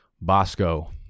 Bosco